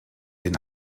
den